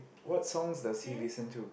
what song does he listen to